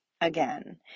again